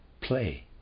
play